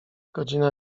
godzina